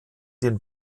den